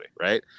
right